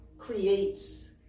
creates